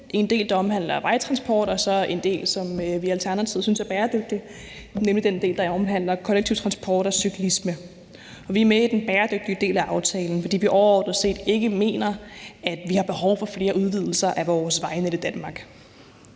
en del, der omhandler vejtransport, og så en del, som vi i Alternativet synes er bæredygtig, nemlig den del, der omhandler kollektiv transport og cyklisme. Vi er kun med i den bæredygtige del af aftalen, fordi vi overordnet set ikke mener, at vi har behov for flere udvidelser af vores vejnet i Danmark.